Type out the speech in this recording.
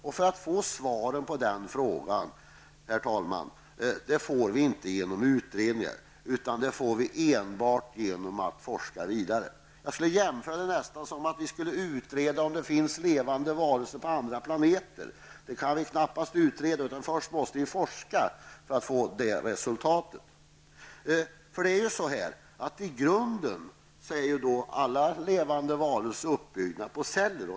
Något svar där, herr talman, får vi inte genom utredningar, utan det får vi enbart genom att forska vidare. Jag skulle kunna jämföra här med att vi skulle utreda om det finns levande varelser på andra planeter. Det kan vi knappast utreda, utan först måste vi forska för att få resultat. I grunden är alla levande varelser uppbyggda på celler.